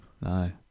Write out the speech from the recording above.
No